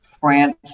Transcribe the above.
France